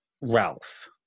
Ralph